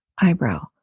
Eyebrow